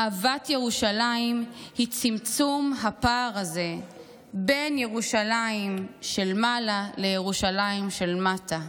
אהבת ירושלים היא צמצום הפער הזה בין ירושלים של מעלה לירושלים של מטה,